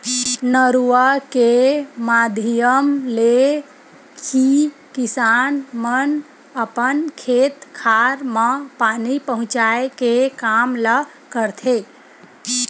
नरूवा के माधियम ले ही किसान मन अपन खेत खार म पानी पहुँचाय के काम ल करथे